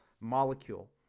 molecule